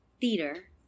theater